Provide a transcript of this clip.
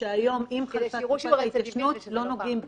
היום אם חלפה תקופת ההתיישנות לא נוגעים בה,